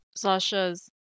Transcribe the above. Sasha's